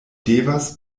devas